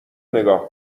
نگاه